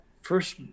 first